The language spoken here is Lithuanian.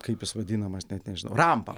kaip jis vadinamas net rampa